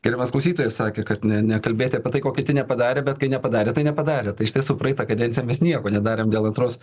gerbiamas klausytojas sakė kad ne nekalbėti apie tai ko kiti nepadarė bet kai nepadarė tai nepadarė tai iš tiesų praeitą kadenciją mes nieko nedarėm dėl antros